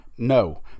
No